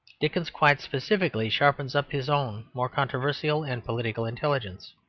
dickens quite specially sharpens up his own more controversial and political intelligence.